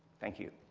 thank you.